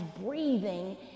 breathing